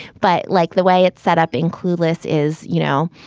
but like, the way it set up in clueless is, you know.